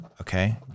Okay